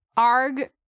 Arg